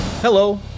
Hello